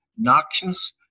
noxious